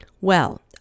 Well